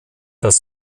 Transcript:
das